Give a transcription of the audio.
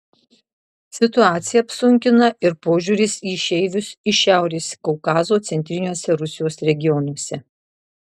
situaciją apsunkina ir požiūris į išeivius iš šiaurės kaukazo centriniuose rusijos regionuose